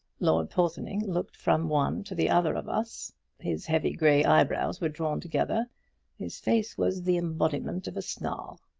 lord porthoning looked from one to the other of us his heavy gray eyebrows were drawn together his face was the embodiment of a snarl.